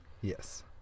Yes